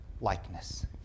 likeness